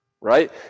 right